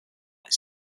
its